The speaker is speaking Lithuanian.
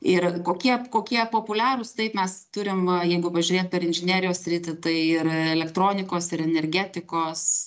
ir kokie kokie populiarūs taip mes turim jeigu pažiūrėt per inžinerijos sritį tai ir elektronikos ir energetikos